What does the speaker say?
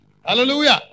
Hallelujah